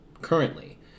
currently